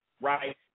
right